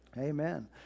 Amen